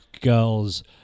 girls